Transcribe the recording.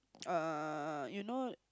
err you know